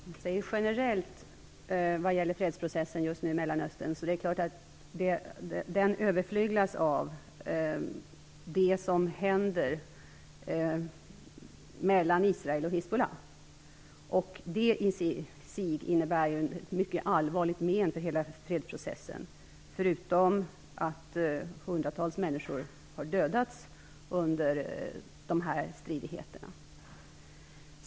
Fru talman! Generellt sett överflyglas fredsprocessen i Mellanöstern just nu av det som händer mellan Israel och Hizbollah. Det innebär i sig ett mycket allvarligt men för hela fredsprocessen, förutom att hundratals människor har dödats under de här stridigheterna.